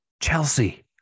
Chelsea